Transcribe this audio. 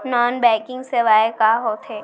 non banking सेवाएं का होथे